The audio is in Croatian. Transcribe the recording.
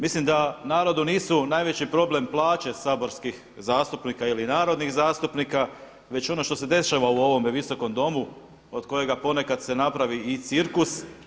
Mislim da narodu nisu najveći problem plaće saborskih zastupnika ili narodnih zastupnika već ono što se dešava u ovome Visokom domu od kojega ponekad se napravi i cirkus.